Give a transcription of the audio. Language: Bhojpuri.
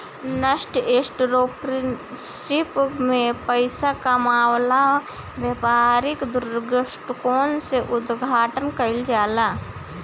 नासेंट एंटरप्रेन्योरशिप में पइसा कामायेला व्यापारिक दृश्टिकोण से उद्घाटन कईल जाला